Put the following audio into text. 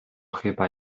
chyba